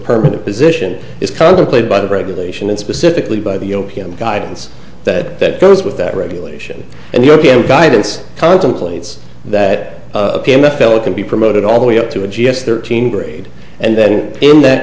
permanent position is contemplated by the regulation and specifically by the o p m guidance that goes with that regulation and european guidance contemplates that a pm f l can be promoted all the way up to a g s thirteen grade and then in that